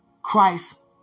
Christ